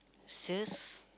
sales